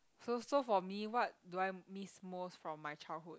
so so for me what do I miss most from my childhood